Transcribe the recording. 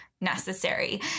necessary